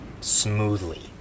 smoothly